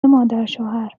مادرشوهرتو